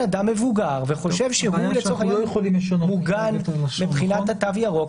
אדם מבוגר וחושב שהוא לצורך העניין מוגן מבחינת התו הירוק.